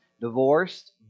divorced